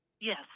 Yes